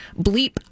Bleep